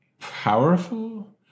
powerful